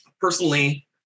personally